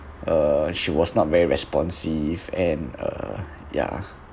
uh she was not very responsive and uh ya